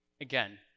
Again